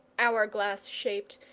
hour-glass shaped,